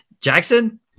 Jackson